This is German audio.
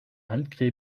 handcreme